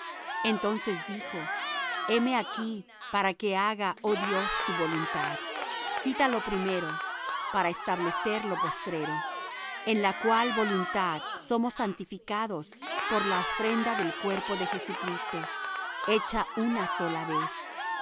entonces dijo heme aquí para que haga oh dios tu voluntad quita lo primero para establecer lo postrero en la cual voluntad somos santificados por la ofrenda del cuerpo de jesucristo hecha una sola vez